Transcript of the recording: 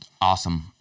Awesome